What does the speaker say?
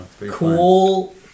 cool